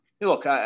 Look